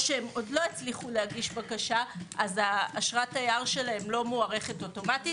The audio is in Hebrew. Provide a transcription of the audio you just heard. או שהם עוד לא הצליחו להגיש בקשה אז אשרת התייר שלהם לא מוארכת אוטומטית